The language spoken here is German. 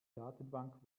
datenbank